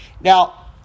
Now